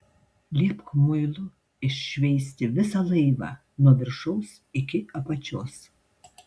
liepk muilu iššveisti visą laivą nuo viršaus iki apačios